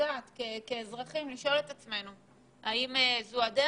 כאזרחים צריכים לשאול את עצמנו האם זו הדרך.